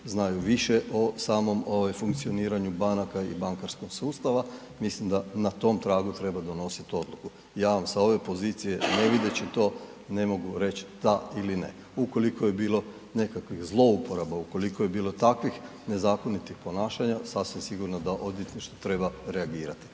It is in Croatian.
znaju više o samom funkcioniranju banaka i bankarskog sustava, mislim da na tom tragu treba donositi odluku, ja vam sa ove pozicije ne vidjevši to ne mogu reći da ili ne. Ukoliko je bilo nekakvih zlouporaba, ukoliko je bilo takvih nezakonitih ponašanja, sasvim sigurno da odvjetništvo treba reagirati.